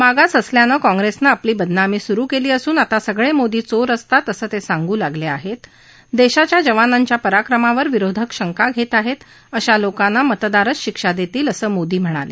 मागास असल्यानं काँग्रेसनं आपली बदनामी सुरु केली असून आता सगळे मोदी चोर असतात असं ते सांगू लागले आहेत देशाच्या जवानांच्या पराक्रमावर विरोधक शंका घेत आहेत अशा लोकांना मतदारच शिक्षा देतील असं मोदी म्हणाले